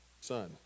son